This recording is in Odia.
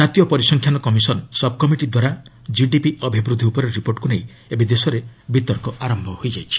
ଜାତୀୟ ପରିସଂଖ୍ୟାନ କମିଶନ ସବ୍ କମିଟି ଦ୍ୱାରା କ୍ଷିଡିପି ଅଭିବୃଦ୍ଧି ଉପରେ ରିପୋର୍ଟକୁ ନେଇ ଏବେ ଦେଶରେ ବିତର୍କ ଆରମ୍ଭ ହୋଇଯାଇଛି